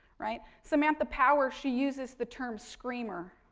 right. samantha powers, she uses the term screamer,